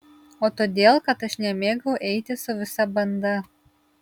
o todėl kad aš nemėgau eiti su visa banda